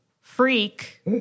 freak